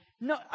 No